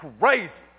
crazy